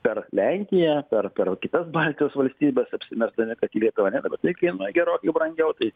per lenkiją per per kitas baltijos valstybes apsimesdami kad į lietuvą ne bet tai kainuoja gerokai brangiau tai